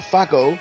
Faco